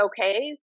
okay